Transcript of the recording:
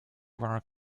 were